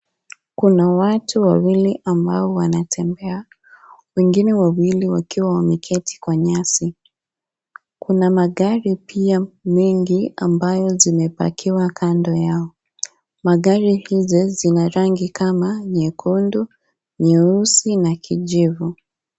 Kuna watu wawili ambao wanatembea, wengine wawili wakiwa wameketi kwa nyasi, kuna magari pia mengi ambayo zimepakiwa kando yao magari hizi zina rangi kama nyekundu, nyeusi na kijivu.